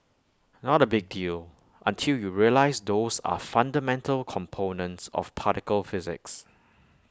not A big deal until you realise those are fundamental components of particle physics